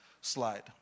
slide